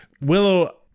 willow